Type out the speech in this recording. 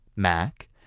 Mac